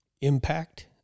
impact